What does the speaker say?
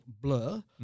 blur